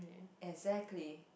exactly